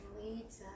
leads